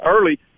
early